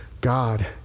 God